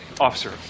Officer